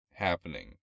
happening